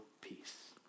peace